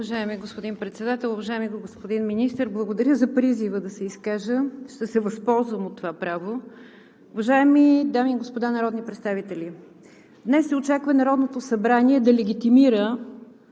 Уважаеми господин Председател, уважаеми господин Министър! Благодаря за призива да се изкажа. Ще се възползвам от това право. Уважаеми дами и господа народни представители! Днес се очаква Народното събрание да легитимира